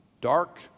Dark